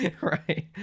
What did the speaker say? right